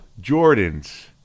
Jordan's